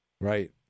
Right